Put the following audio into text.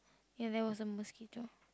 ya there was a mosquito